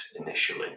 initially